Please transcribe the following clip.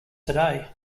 today